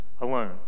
alone